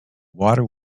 water